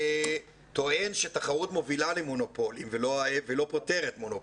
טוען שתחרות מובילה למונופולים ולא פותרת מונופולים,